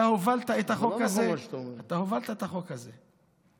אתה הובלת את החוק הזה.